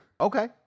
Okay